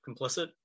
complicit